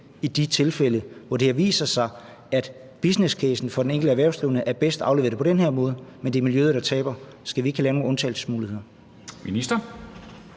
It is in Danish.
i de tilfælde, hvor det har vist sig, at det i forhold til businesscasen for den enkelte erhvervsdrivende er bedst at aflevere det på den her måde, men hvor det er miljøet, der taber? Skal vi ikke have lavet nogle undtagelsesmuligheder?